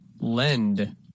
Lend